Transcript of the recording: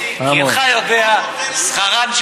יש לך עוד חוק, דוד.